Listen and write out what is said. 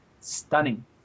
stunning